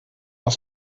aus